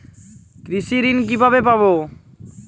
কৃষি ঋন কিভাবে পাব?